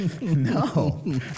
No